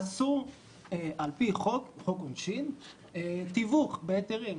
אסור לפי חוק העונשין תיווך בהיתרים,